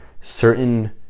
certain